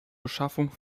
beschaffung